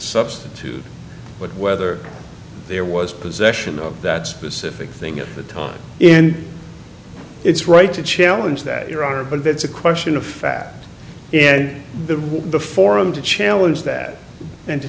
substitute but whether there was possession of that specific thing at the time in it's right to challenge that your honor but it's a question of fact and the rule the forum to challenge that and the